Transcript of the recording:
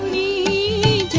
e